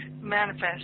manifest